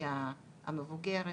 האוכלוסייה המבוגרת,